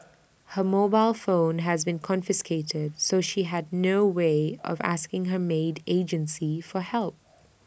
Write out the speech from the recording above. her mobile phone has been confiscated so she had no way of asking her maid agency for help